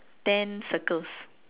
ten circles